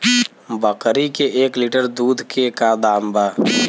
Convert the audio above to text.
बकरी के एक लीटर दूध के का दाम बा?